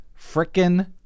frickin